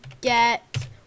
get